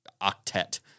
octet